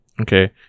Okay